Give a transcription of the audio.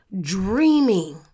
dreaming